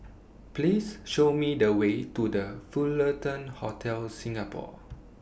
Please Show Me The Way to The Fullerton Hotel Singapore